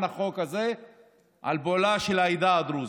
החוק הזה על פועלה של העדה הדרוזית.